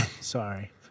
Sorry